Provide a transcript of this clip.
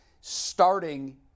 starting